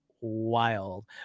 wild